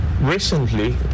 Recently